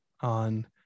on